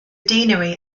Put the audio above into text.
deanery